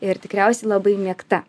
ir tikriausiai labai mėgta